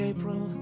April